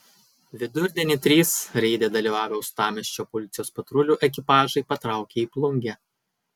vidurdienį trys reide dalyvavę uostamiesčio policijos patrulių ekipažai patraukė į plungę